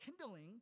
kindling